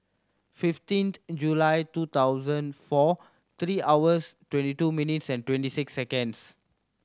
fifteenth July two thousand four three hours twenty two minutes and twenty six seconds